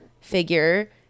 figure